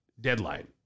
deadline